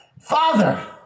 Father